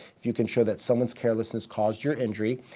if you can show that someone's carelessness caused your injury,